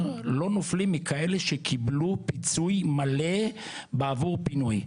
לא נופלים מכאלה שקיבלו פיצוי מלא בעבור פינוי.